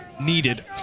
needed